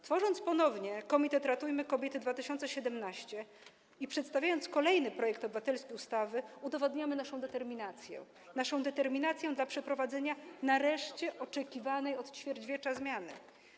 Tworząc ponownie komitet „Ratujmy kobiety 2017” i przedstawiając kolejny obywatelski projekt ustawy, udowadniamy naszą determinację, naszą determinację dla przeprowadzenia nareszcie oczekiwanej od ćwierćwiecza zmiany.